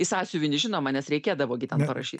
į sąsiuvinį žinoma nes reikėdavo gi ten parašyt